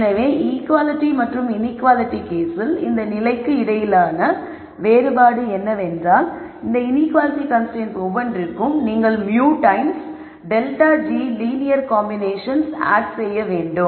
எனவே ஈக்குவாலிட்டி மற்றும் இன்ஈக்குவாலிட்டி கேஸில் இந்த நிலைக்கு இடையிலான வேறுபாடு என்னவென்றால் இந்த இன்ஈக்குவாலிட்டி கன்ஸ்ரைன்ட்ஸ் ஒவ்வொன்றிற்கும் நீங்கள் μ times δ g linear combinations add செய்ய வேண்டும்